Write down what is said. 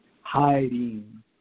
hiding